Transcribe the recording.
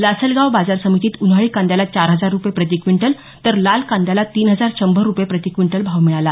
लासलगाव बाजार समितीत उन्हाळी कांद्याला चार हजार रुपये प्रति क्विंटल तर लाल कांद्याला तीन हजार शंभर रुपये प्रति क्विंटल भाव मिळाला